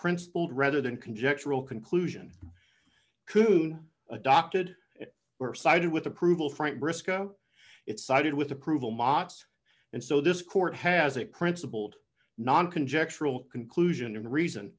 principled rather than conjectural conclusion coun adopted or cited with approval frank briscoe it sided with approval mots and so this court has a principled non conjectural conclusion reason